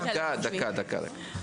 דקה, דקה.